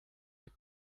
des